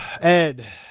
Ed